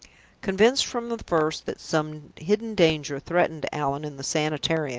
convinced from the first that some hidden danger threatened allan in the sanitarium,